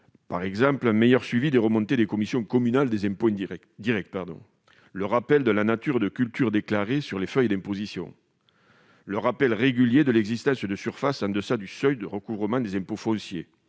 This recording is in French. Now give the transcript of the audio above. suggestion d'un meilleur suivi des remontées des commissions communales des impôts directs, du rappel de la nature de cultures déclarées sur les feuilles d'imposition, de celui de l'existence de surfaces en deçà du seuil de recouvrement des impôts fonciers,